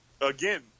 again